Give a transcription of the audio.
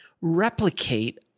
replicate